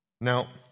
Now